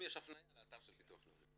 יש הפניה לאתר של ביטוח לאומי.